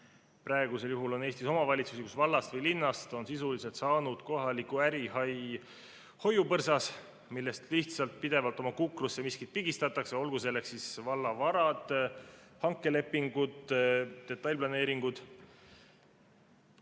Praegusel juhul on Eestis omavalitsusi, kus vallast või linnast on sisuliselt saanud kohaliku ärihai hoiupõrsas, millest lihtsalt pidevalt oma kukrusse miskit pigistatakse, olgu selleks siis valla varad, hankelepingud või detailplaneeringud.